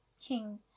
king